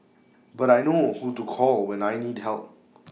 but I know who to call when I need help